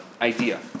idea